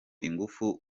ingufu